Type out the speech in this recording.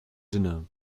dinner